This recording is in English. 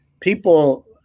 people